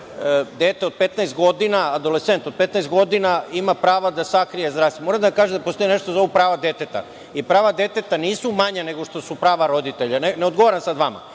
dete od 15 godina, adolescent od 15 godina ima prava da sakrije zdravstveno stanje. Moram da vam kažem da postoji nešto što se zove prava deteta. I prava deteta nisu manja nego što su prava roditelja, ne odgovaram sad vama.